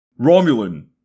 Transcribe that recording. Romulan